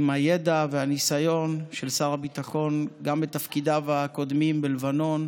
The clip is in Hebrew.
עם הידע והניסיון של שר הביטחון גם בתפקידיו הקודמים בלבנון